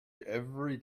every